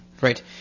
Right